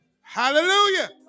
Hallelujah